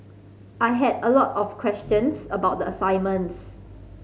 I had a lot of questions about the assignments